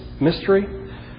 mystery